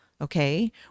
Okay